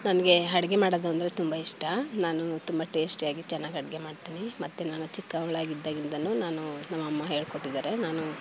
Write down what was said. ನನಗೆ ಅಡುಗೆ ಮಾಡೋದಂದರೆ ತುಂಬ ಇಷ್ಟ ನಾನು ತುಂಬ ಟೇಸ್ಟಿಯಾಗಿ ಚೆನ್ನಾಗಿ ಅಡುಗೆ ಮಾಡ್ತೀನಿ ಮತ್ತು ನಾನು ಚಿಕ್ಕವಳಾಗಿದ್ದಾಗಿಂದಲೂ ನಾನು ನಮ್ಮಮ್ಮ ಹೇಳ್ಕೊಟ್ಟಿದ್ದಾರೆ ನಾನು